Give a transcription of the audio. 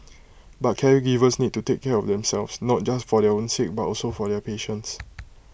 but caregivers need to take care of themselves not just for their own sake but also for their patients